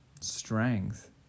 strength